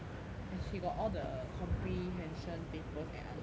and she got all the comprehension papers and answers